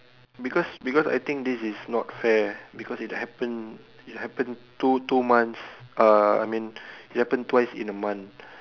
because because I think this is not fair because it happen it happened two two months uh I mean it happen twice in a month